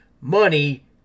Money